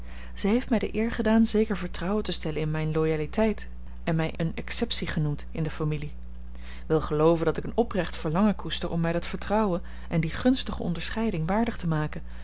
zij heeft mij de eer gedaan zeker vertrouwen te stellen in mijne loyauteit en mij eene exceptie genoemd in de familie wil gelooven dat ik een oprecht verlangen koester om mij dat vertrouwen en die gunstige onderscheiding waardig te maken